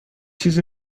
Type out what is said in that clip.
چیزی